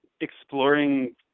exploring